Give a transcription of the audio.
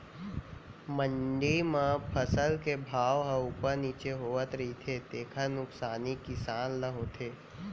मंडी म फसल के भाव ह उप्पर नीचे होवत रहिथे तेखर नुकसानी किसान ल होथे